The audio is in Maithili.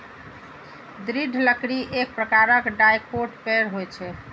दृढ़ लकड़ी एक प्रकारक डाइकोट पेड़ होइ छै